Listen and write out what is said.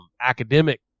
academic